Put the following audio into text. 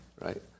right